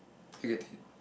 do you get it